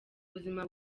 buzima